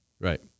Right